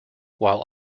while